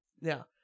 now